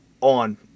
on